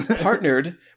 Partnered